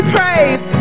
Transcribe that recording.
praise